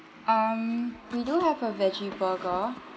um we do have a veggie burger